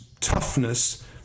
toughness